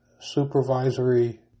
supervisory